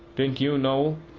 didn't you know,